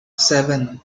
seven